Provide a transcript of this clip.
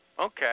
Okay